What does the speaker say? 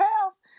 house